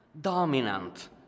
dominant